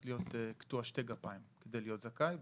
להיות קטוע שתי גפיים כדי להיות זכאי,